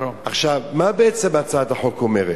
מה בעצם הצעת החוק אומרת?